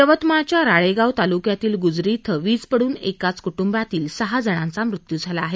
यवतमाळच्या राळेगाव तालुक्यातील गुजरी क्रि वीज पडून एकाच कुटुंबातील सहा जणांचा मृत्यू झाला आहे